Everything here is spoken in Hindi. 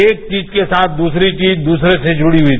एक चीज के साथ दूसरी चीज दूसरे से जुड़ी हुई है